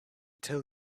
tell